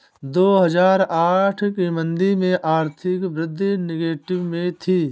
दो हजार आठ की मंदी में आर्थिक वृद्धि नेगेटिव में थी